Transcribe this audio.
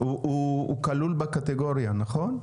הוא כלול בקטגוריה נכון?